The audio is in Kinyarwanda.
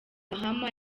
mahama